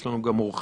יש לנו גם אורחים.